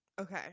okay